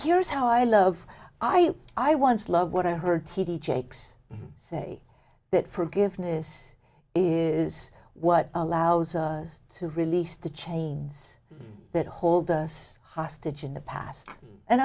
here's how i love i i once loved what i heard t d jakes say that forgiveness is what allows us to release the chains that hold us hostage in the past and